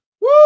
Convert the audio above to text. Woo